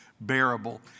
bearable